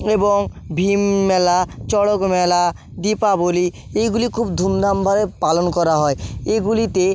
এবং ভীম মেলা চড়ক মেলা দীপাবলি এইগুলি খুব ধুমধামভাবে পালন করা হয় এগুলিতে